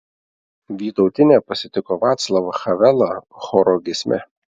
vytautinė pasitiko vaclavą havelą choro giesme